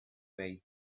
way